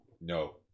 no